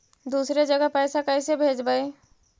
दुसरे जगह पैसा कैसे भेजबै?